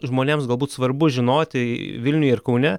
žmonėms galbūt svarbu žinoti vilniuj ir kaune